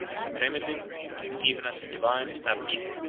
as a primitive and even as a divine establishment.